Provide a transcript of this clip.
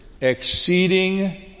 exceeding